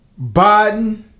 Biden